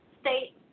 state